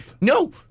No